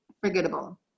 forgettable